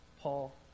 Paul